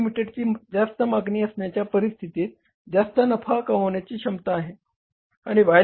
Ltd ची जास्त मागणी असण्याच्या परिस्थितीत जास्त नफा कमविण्याची क्षमता आहे आणि Y